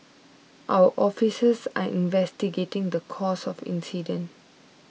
our officers are investigating the cause of the incident